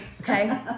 Okay